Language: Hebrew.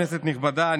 כנסת נכבדה,